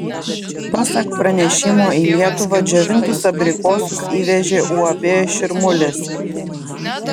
pasak pranešimo į lietuvą džiovintus abrikosus įvežė uab širmulis